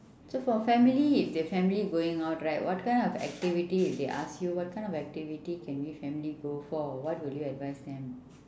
so for family if the family going out right what kind of activity if they ask you what kind of activity can we family go for what will you advise them